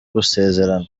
gusezerana